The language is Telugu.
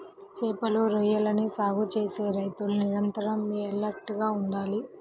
చేపలు, రొయ్యలని సాగు చేసే రైతులు నిరంతరం ఎలర్ట్ గా ఉండాలి